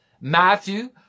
Matthew